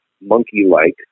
monkey-like